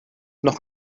noch